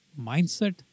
mindset